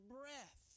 breath